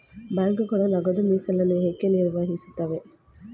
ಬ್ಯಾಂಕುಗಳು ನಗದು ಮೀಸಲನ್ನು ಏಕೆ ನಿರ್ವಹಿಸುತ್ತವೆ?